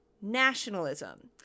nationalism